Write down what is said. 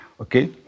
okay